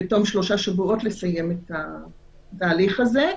בתום שלושה שבועות לסיים את התהליך הזה,